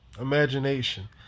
imagination